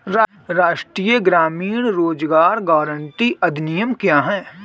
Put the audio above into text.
राष्ट्रीय ग्रामीण रोज़गार गारंटी अधिनियम क्या है?